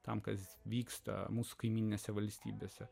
tam kas vyksta mūsų kaimyninėse valstybėse